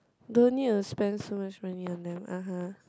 don't need to spend so much money on them uh [huh]